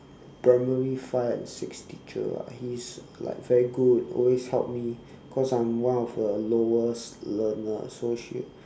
primary five and six teacher ah he's like very good always help me cause I'm one of the slowest learner so she